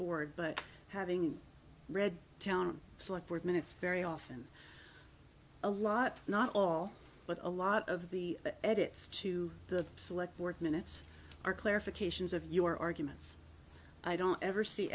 board but having read town select board minutes very often a lot not all but a lot of the edits to the select work minutes or clarifications of your arguments i don't ever see